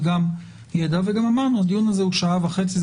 וגם אמרנו שהדיון הזה יימשך שעה וחצי.